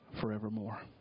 forevermore